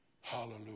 Hallelujah